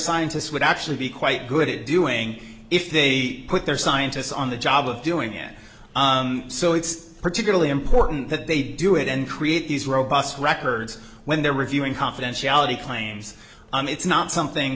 scientists would actually be quite good at doing if they put their scientists on the job of doing it so it's particularly important that they do it and create these robust records when they're reviewing confidentiality claims and it's not something